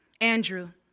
andrew,